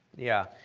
yeah,